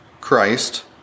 Christ